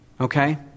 Okay